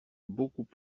beaucoup